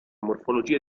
morfologia